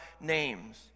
names